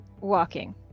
walking